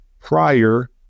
prior